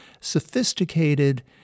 sophisticated